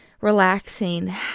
relaxing